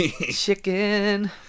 Chicken